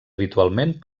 habitualment